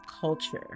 culture